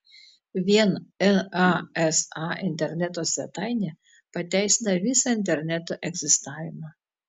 vien nasa interneto svetainė pateisina visą interneto egzistavimą